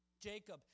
Jacob